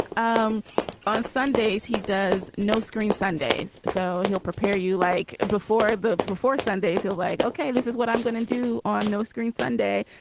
um on sunday's he does no screen sunday's. so he'll prepare you like before the before sunday's show leg. ok. this is what i'm going to do on no screen sunday.